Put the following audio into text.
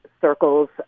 circles